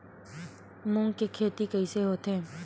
मूंग के खेती कइसे होथे?